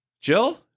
Jill